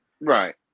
Right